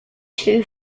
two